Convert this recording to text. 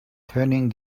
turning